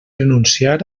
renunciar